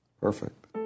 Perfect